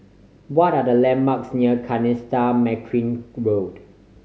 what are the landmarks near Kanisha Marican Road